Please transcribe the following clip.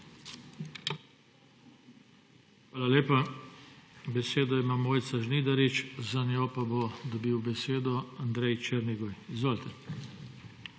Hvala lepa. Besedo ima Mojca Žnidarič, za njo pa bo dobil besedo Andrej Černigoj. Izvolite.